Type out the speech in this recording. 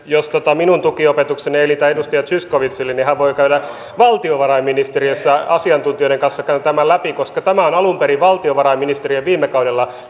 jos minun tukiopetukseni ei riitä edustaja zyskowiczille hän voi käydä valtiovarainministeriössä asiantuntijoiden kanssa tämän tämän läpi koska tämä on alun perin valtiovarainministeriön viime kaudella